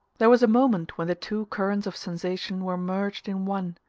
there was a moment when the two currents of sensation were merged in one,